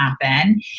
happen